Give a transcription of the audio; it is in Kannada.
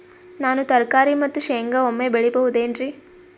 ನಾನು ತರಕಾರಿ ಮತ್ತು ಶೇಂಗಾ ಒಮ್ಮೆ ಬೆಳಿ ಬಹುದೆನರಿ?